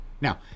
Now